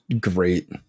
great